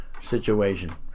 situation